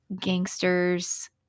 gangsters